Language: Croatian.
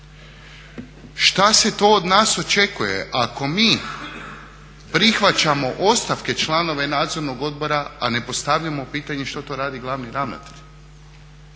šta se to od nas očekuje ako mi prihvaćamo ostavke članova nadzornog odbora, a ne postavljamo pitanje što to radi glavni ravnatelj.